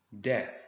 Death